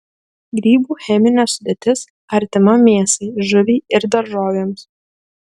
grybų cheminė sudėtis artima mėsai žuviai ir daržovėms